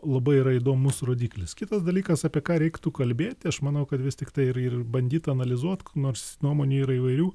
labai yra įdomus rodiklis kitas dalykas apie ką reiktų kalbėt tai aš manau kad vis tiktai ir ir bandyt analizuot nors nuomonių yra įvairių